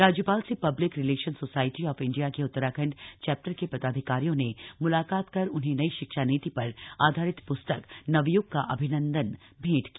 राज्यपाल से public relation society of India के उत्तराखण्ड चैप्टर के पदाधिकारियों ने मुलाकत कर उन्हें नई शिक्षा नीति पर आधारित प्स्तक नवय्ग का अभिनंदन भेंट की